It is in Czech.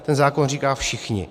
Ten zákon říká všichni.